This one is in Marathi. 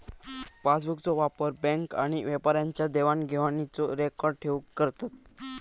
पासबुकचो वापर बॅन्क आणि व्यापाऱ्यांच्या देवाण घेवाणीचो रेकॉर्ड ठेऊक करतत